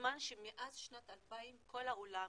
בזמן שמאז שנות ה-2,000 כל העולם,